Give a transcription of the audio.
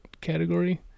category